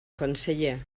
conseller